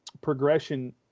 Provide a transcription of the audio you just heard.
progression